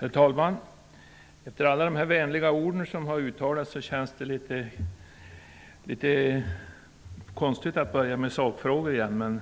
Herr talman! Efter alla vänliga ord som har uttalats känns det litet konstigt att börja med sakfrågor igen, men